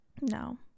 No